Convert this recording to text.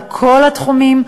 על כל התחומים,